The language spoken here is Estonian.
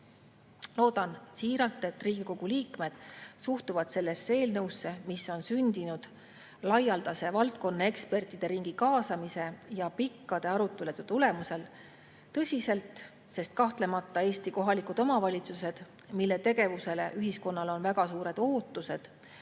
Loodan siiralt, et Riigikogu liikmed suhtuvad sellesse eelnõusse, mis on sündinud laialdase valdkonnaekspertide ringi kaasamise ja pikkade arutelude tulemusel, tõsiselt. Kahtlemata vajavad Eesti kohalikud omavalitsused, mille tegevusele ühiskonnal on väga suured ootused,